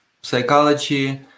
psychology